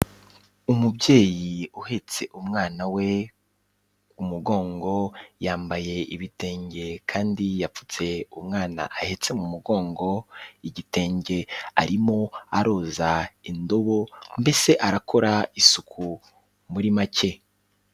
Umubyeyi uhetse umwana we mu mugongo, yambaye ibitenge kandi yapfutse umwana ahetse mu mugongo igitenge, arimo aroza indobo mbese arakora isuku muri make.